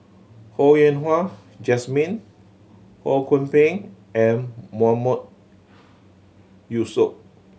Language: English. Ho Yen Wah Jesmine Ho Kwon Ping and Mahmood Yusof